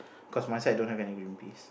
cause my side don't have any green piece